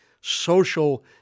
social